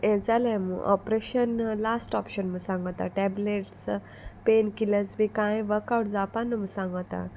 हें जालाय म्हूण ऑप्रेशन लास्ट ऑप्शन म्हूण सांगोता टॅबलेट्स पेन किलर्स बी कांय वर्क आवट जावपा न्हू म्हूण सांगोता